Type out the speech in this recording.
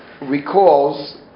recalls